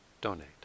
donate